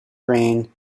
reign